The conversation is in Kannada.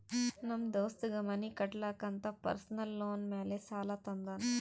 ನಮ್ ದೋಸ್ತಗ್ ಮನಿ ಕಟ್ಟಲಾಕ್ ಅಂತ್ ಪರ್ಸನಲ್ ಲೋನ್ ಮ್ಯಾಲೆ ಸಾಲಾ ತಂದಾನ್